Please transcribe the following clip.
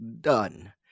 done